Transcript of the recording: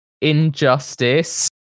injustice